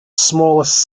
smallest